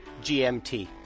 GMT